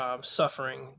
suffering